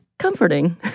comforting